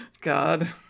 god